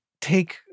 take